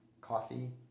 coffee